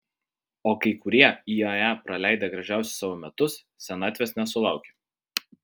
o kai kurie iae praleidę gražiausius savo metus senatvės nesulaukia